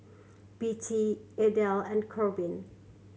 Bette Adel and Corbin